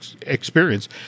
experience